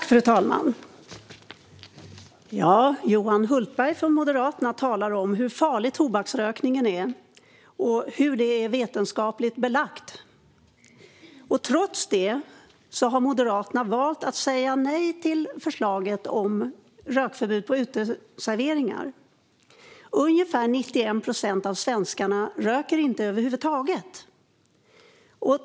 Fru talman! Johan Hultberg från Moderaterna talar om hur farlig tobaksrökningen är och hur det är vetenskapligt belagt. Trots det har Moderaterna valt att säga nej till förslaget om rökförbud på uteserveringar. Ungefär 91 procent av svenskarna röker inte över huvud taget.